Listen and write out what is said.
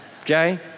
okay